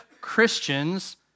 Christians